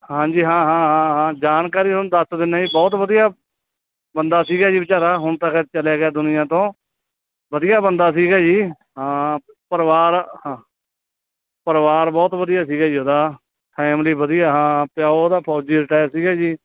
ਹਾਂਜੀ ਹਾਂ ਹਾਂ ਹਾਂ ਹਾਂ ਜਾਣਕਾਰੀ ਤੁਹਾਨੂੰ ਦੱਸ ਦਿੰਦਾ ਜੀ ਬਹੁਤ ਵਧੀਆ ਬੰਦਾ ਸੀਗਾ ਜੀ ਵਿਚਾਰਾ ਹੁਣ ਤਾਂ ਖੈਰ ਚਲਿਆ ਗਿਆ ਦੁਨੀਆਂ ਤੋਂ ਵਧੀਆ ਬੰਦਾ ਸੀਗਾ ਜੀ ਹਾਂ ਪਰਿਵਾਰ ਹਾਂ ਪਰਿਵਾਰ ਬਹੁਤ ਵਧੀਆ ਸੀਗਾ ਜੀ ਉਹਦਾ ਫੈਮਲੀ ਵਧੀਆ ਹਾਂ ਪਿਓ ਉਹਦਾ ਫੌਜੀ ਰਿਟਾਇਰ ਸੀਗਾ ਜੀ